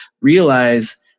realize